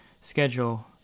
schedule